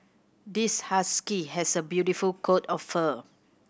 this husky has a beautiful coat of fur